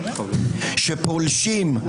שפולשים,